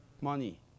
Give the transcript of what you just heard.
money